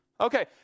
Okay